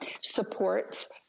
supports